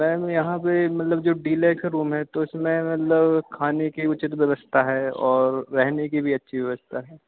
ma'am यहाँ पर मतलब जो डीलेक्स रूम है तो इसमें मतलब खाने की उचित यवस्था है और रहने की भी अच्छी व्यवस्था है